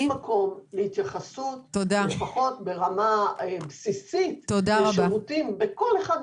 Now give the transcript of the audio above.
שיש מקום להתייחסות לפחות ברמה בסיסית לשירותים בכל אחד מהפרקים,